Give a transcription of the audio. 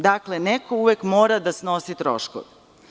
Dakle, neko uvek mora da snosi troškove.